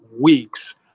weeks